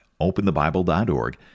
OpenTheBible.org